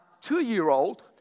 two-year-old